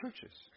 churches